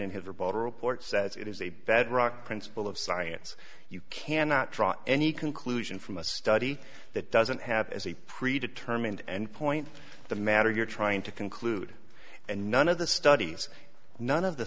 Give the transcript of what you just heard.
says it is a bedrock principle of science you cannot draw any conclusion from a study that doesn't have as a pre determined end point the matter you're trying to conclude and none of the studies none of the